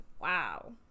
wow